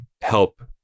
help